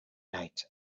night